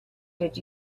did